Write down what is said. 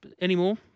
anymore